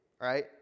Right